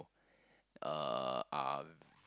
uh are